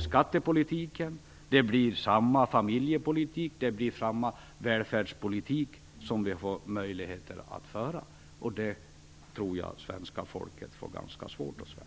skattepolitiken. Det blir samma familjepolitik och samma välfärdspolitik som vi får möjlighet att föra, och det tror jag blir ganska svårt att svälja för svenska folket.